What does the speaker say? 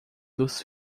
dos